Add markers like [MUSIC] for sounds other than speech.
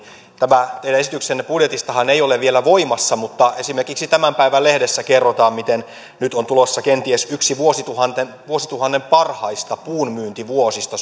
tämä teidän esityksenne budjetistahan ei ole vielä voimassa mutta esimerkiksi tämän päivän lehdessä kerrotaan miten nyt on tulossa kenties yksi vuosituhannen vuosituhannen parhaista puunmyyntivuosista [UNINTELLIGIBLE]